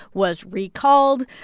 was recalled.